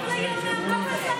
אבל היום נאמת על זה.